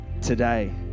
today